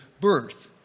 birth